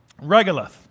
regolith